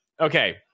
Okay